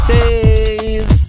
Days